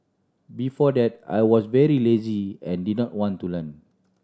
before that I was very lazy and didn't want to learn